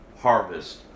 harvest